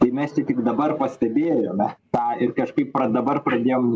tai mes jį tik dabar pastebėjome tą ir kažkaip dabar pradėjom